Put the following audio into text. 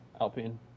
Alpine